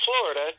Florida